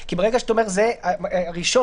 בדברים אחרים,